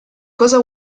cosa